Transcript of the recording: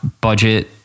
budget